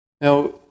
Now